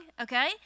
okay